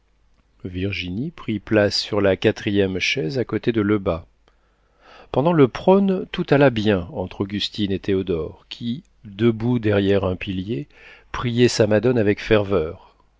virginie prit place sur la quatrième chaise à côté de lebas pendant le prône tout alla bien entre augustine et théodore qui debout derrière un pilier priait sa madone avec ferveur